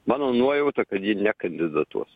mano nuojauta kad ji nekandidatuos